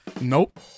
Nope